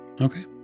Okay